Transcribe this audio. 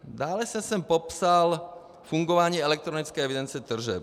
Dále jsem zde popsal fungování elektronické evidence tržeb.